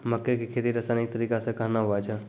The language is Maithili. मक्के की खेती रसायनिक तरीका से कहना हुआ छ?